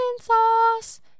sauce